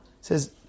Says